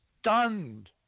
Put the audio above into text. stunned